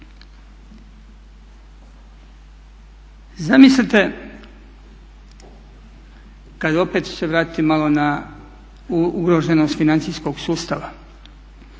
Zamislite, kad opet se vratim malo na ugroženost financijskog sustava,